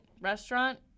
restaurant